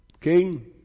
king